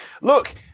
look